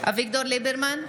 אביגדור ליברמן,